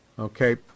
Okay